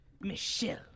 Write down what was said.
Michelle